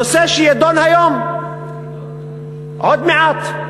הנושא שיידון היום עוד מעט,